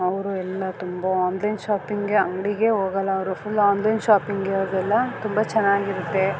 ಅವರು ಎಲ್ಲ ತುಂಬ ಆನ್ಲೈನ್ ಶಾಪಿಂಗೆ ಅಂಗಡಿಗೆ ಹೋಗಲ್ಲ ಅವರು ಫುಲ್ ಆನ್ಲೈನ್ ಶಾಪಿಂಗೆ ಅವ್ರದ್ದೆಲ್ಲಾ ತುಂಬ ಚೆನ್ನಾಗಿರುತ್ತೆ